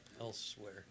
elsewhere